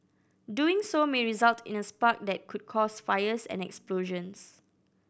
doing so may result in a spark that could cause fires and explosions